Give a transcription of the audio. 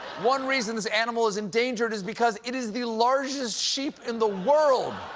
one reason this animal is endangered is because it is the largest sheep in the world.